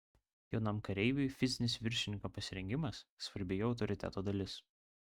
jaunam kareiviui fizinis viršininko pasirengimas svarbi jo autoriteto dalis